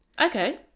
Okay